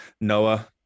noah